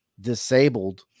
Disabled